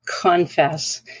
confess